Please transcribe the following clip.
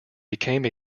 became